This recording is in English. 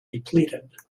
depleted